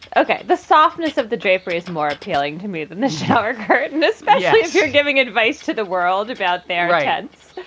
ok. the softness of the drapery is more appealing to me than the shower curtain, especially if you're giving advice to the world about their heads.